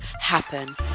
happen